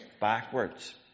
backwards